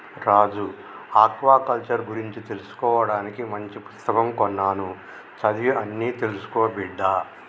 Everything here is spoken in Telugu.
రాజు ఆక్వాకల్చర్ గురించి తెలుసుకోవానికి మంచి పుస్తకం కొన్నాను చదివి అన్ని తెలుసుకో బిడ్డా